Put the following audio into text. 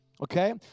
Okay